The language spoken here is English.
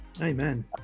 Amen